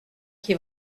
qui